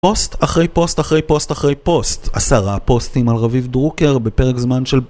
פוסט אחרי פוסט אחרי פוסט אחרי פוסט עשרה פוסטים על רביב דרוקר בפרק זמן של...